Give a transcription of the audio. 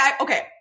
okay